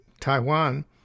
Taiwan